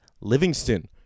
Livingston